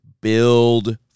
build